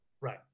Right